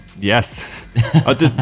Yes